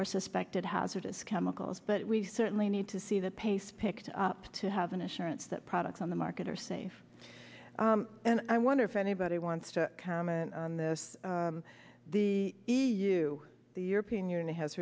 or suspected hazardous chemicals but we certainly need to see the pace picked up to have an assurance that products on the market are safe and i wonder if anybody wants to comment on this the e u the european union has